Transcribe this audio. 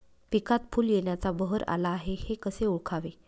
पिकात फूल येण्याचा बहर आला हे कसे ओळखावे?